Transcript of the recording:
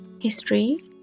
history